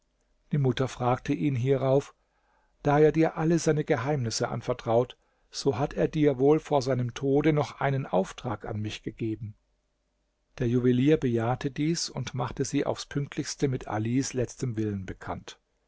die mutter fragte ihn hierauf da er dir alle seine geheimnisse anvertraut so hat er dir wohl vor seinem tode noch einen auftrag an mich gegeben der juwelier bejahte dies und machte sie aufs pünktlichste mit alis letztem willen bekannt